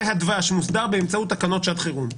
הדבש מוסדר באמצעות תקנות שעת חירום.